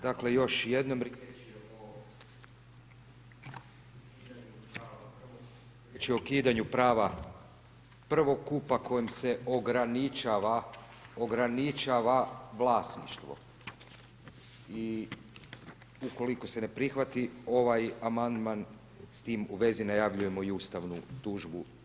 Dakle, još jednom… ... [[Upadica: ne čuje se.]] riječ je o ukidanju prava prvokupa kojim se ograničava vlasništvo i ukoliko se ne prihvati ovaj amandman, s tim u vezi najavljujemo i ustavnu tužbu.